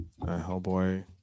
Hellboy